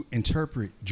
interpret